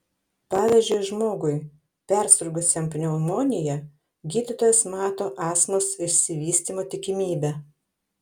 pavyzdžiui žmogui persirgusiam pneumonija gydytojas mato astmos išsivystymo tikimybę